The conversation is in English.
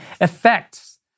effects